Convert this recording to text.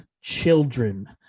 children